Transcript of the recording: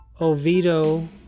Oviedo